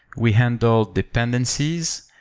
we handle dependencies.